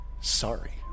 sorry